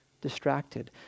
distracted